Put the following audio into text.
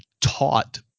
taught